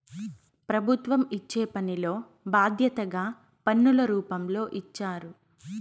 ప్రభుత్వం ఇచ్చే పనిలో బాధ్యతగా పన్నుల రూపంలో ఇచ్చారు